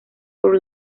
for